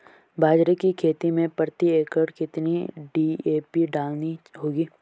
बाजरे की खेती में प्रति एकड़ कितनी डी.ए.पी डालनी होगी?